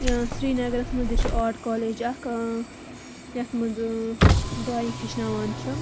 یہِ سریٖنگرَس منٛز تہِ چھِ آٹ کالیج اَکھ یَتھ منٛز ڈرایِنگ ہیٚچھناوان چھِ